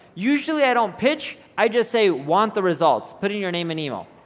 usually i don't pitch, i just say want the results, put in your name and email.